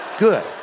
good